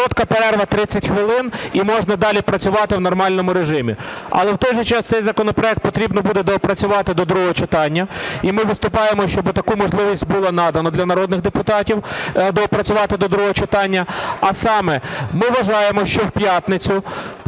Коротка перерва 30 хвилин - і можна далі працювати в нормальному режимі. Але, в той же час, цей законопроект потрібно буде доопрацювати до другого читання. І ми виступаємо, щоби таку можливість було надано для народних депутатів, доопрацювати до другого читання. А саме: ми вважаємо, що в п'ятницю